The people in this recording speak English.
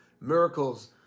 miracles